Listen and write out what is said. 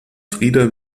frida